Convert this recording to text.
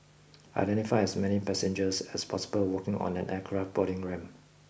identify as many passengers as possible walking on an aircraft boarding ramp